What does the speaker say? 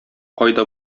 кайда